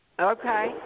Okay